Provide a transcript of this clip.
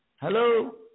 Hello